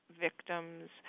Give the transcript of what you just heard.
victims